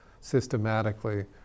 systematically